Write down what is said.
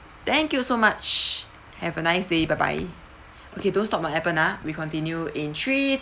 thank you so much have a nice day bye bye okay don't stop my appen ah we continue in three